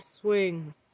swings